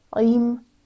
im